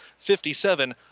57